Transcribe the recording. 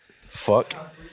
Fuck